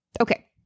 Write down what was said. Okay